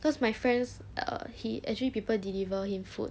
cause my friends err he actually people deliver him food